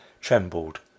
trembled